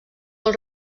del